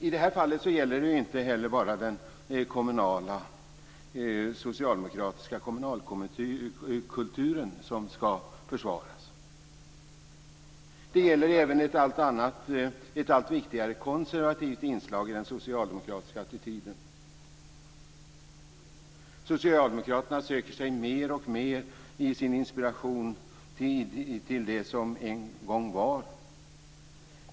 I det här fallet är det inte bara den kommunala socialdemokratiska kulturen som skall försvaras, utan det gäller även ett annat och allt viktigare konservativt inslag i den socialdemokratiska attityden. Socialdemokraterna söker mer och mer sin inspiration i det som en gång var.